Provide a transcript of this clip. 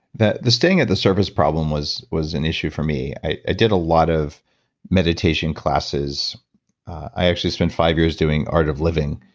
the the staying at the surface problem was was an issue for me. i did a lot of meditation classes i actually spent five years doing art of living